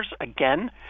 again